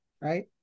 right